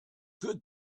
good